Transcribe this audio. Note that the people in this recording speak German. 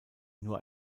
nur